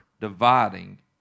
dividing